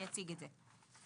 אני אציג את זה.